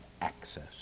access